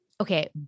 Okay